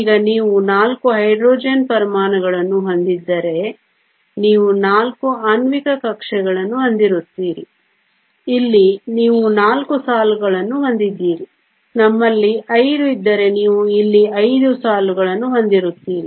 ಈಗ ನೀವು 4 ಹೈಡ್ರೋಜನ್ ಪರಮಾಣುಗಳನ್ನು ಹೊಂದಿದ್ದರೆ ನೀವು 4 ಆಣ್ವಿಕ ಕಕ್ಷೆಗಳನ್ನು ಹೊಂದಿರುತ್ತೀರಿ ಇಲ್ಲಿ ನೀವು 4 ಸಾಲುಗಳನ್ನು ಹೊಂದಿರುತ್ತೀರಿ ನಮ್ಮಲ್ಲಿ 5 ಇದ್ದರೆ ನೀವು ಇಲ್ಲಿ 5 ಸಾಲುಗಳನ್ನು ಹೊಂದಿರುತ್ತೀರಿ